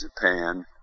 japan